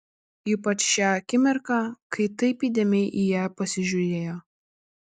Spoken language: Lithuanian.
ypač šią akimirką kai taip įdėmiai į ją pasižiūrėjo